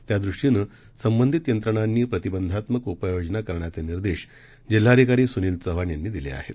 त्यादृष्टीनंसंबंधितयंत्रणांनीप्रतिबंधात्मकउपाययोजनाकरण्याचेनिर्देश जिल्हाधिकारीसुनीलचव्हाणयांनीदिलेआहेत